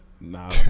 Nah